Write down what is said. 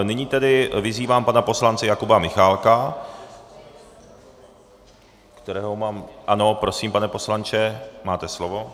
Nyní tedy vyzývám pana poslance Jakuba Michálka, kterého mám ano, prosím, pane poslanče, máte slovo.